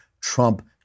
Trump